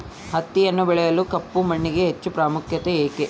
ಹತ್ತಿಯನ್ನು ಬೆಳೆಯಲು ಕಪ್ಪು ಮಣ್ಣಿಗೆ ಹೆಚ್ಚು ಪ್ರಾಮುಖ್ಯತೆ ಏಕೆ?